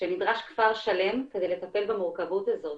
שנדרש כפר שלם כדי לטפל במורכבות הזאת.